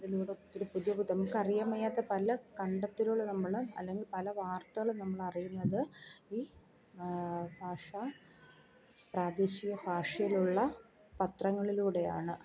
അതിലൂടെ ഒത്തിരി പുതിയ പുതിയ നമുക്ക് അറിയാൻ വയ്യാത്ത പല കണ്ടെത്തലുകളും നമ്മൾ അല്ലെങ്കിൽ പല വാർത്തകൾ നമ്മൾ അറിയുന്നത് ഭാഷ പ്രാദേശിക ഭാഷയിലുള്ള പത്രങ്ങളിലൂടെയാണ്